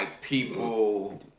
people